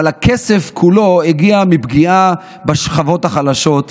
אבל הכסף כולו הגיע מפגיעה בשכבות החלשות.